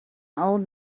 old